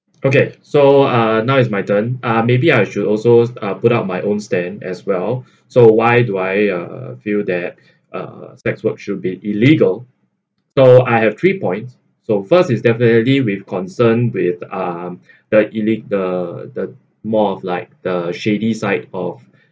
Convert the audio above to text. okay so uh now is my turn uh maybe I should also uh put up my own stand as well so why do I uh feel that uh sex work should be illegal so I have three points so first is definitely with concern with um the elite the the more of like the shady side of